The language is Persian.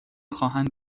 خواهند